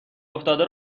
افتاده